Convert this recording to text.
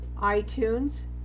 iTunes